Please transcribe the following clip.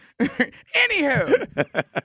Anywho